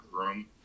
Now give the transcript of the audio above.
room